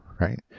right